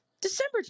December